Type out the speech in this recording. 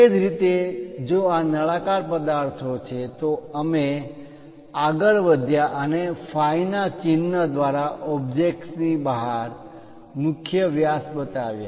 એ જ રીતે જો આ નળાકાર પદાર્થો છે તો અમે આગળ વધ્યા અને phi ના ચિહ્ન દ્વારા ઓબ્જેક્ટ ની બહાર મુખ્ય વ્યાસ બતાવ્યા